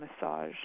massage